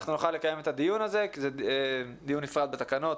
אנחנו נוכל לקיים את הדיון הזה כי זה דיון נפרד בתקנות,